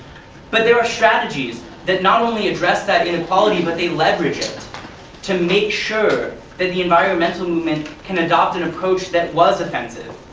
but there are strategies that not only address that inequality but that leverage it to make sure that the environmental movement can adopt an approach that was offensive,